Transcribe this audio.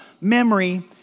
memory